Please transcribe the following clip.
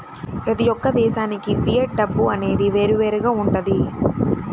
ప్రతి యొక్క దేశానికి ఫియట్ డబ్బు అనేది వేరువేరుగా వుంటది